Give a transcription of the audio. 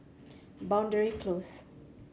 Boundary Close